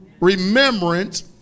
remembrance